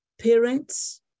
parents